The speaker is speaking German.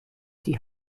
die